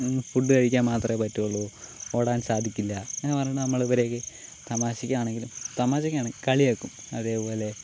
food കഴിക്കാൻ മാത്രമേ പറ്റുള്ളൂ ഓടാൻ സാധിക്കില്ല അങ്ങനെ പറഞ്ഞിട്ട് നമ്മൾ ഇവരെയൊക്കെ തമാശയ്ക്ക് ആണെങ്കിലും തമാശക്കാണ് കളിയാക്കും അതേപോലെ